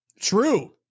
True